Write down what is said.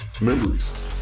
Memories